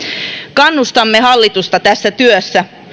kannustamme hallitusta tässä työssä